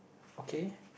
okay